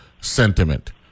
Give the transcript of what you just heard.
sentiment